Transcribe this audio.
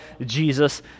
Jesus